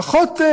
פחות,